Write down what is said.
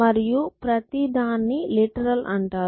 మరియు ప్రతి దాన్ని లిటరల్ అంటారు